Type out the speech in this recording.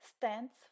stands